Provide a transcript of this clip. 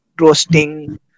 roasting